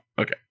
Okay